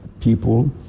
people